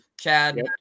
Chad